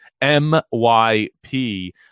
M-Y-P